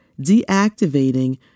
deactivating